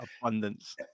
abundance